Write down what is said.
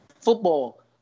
football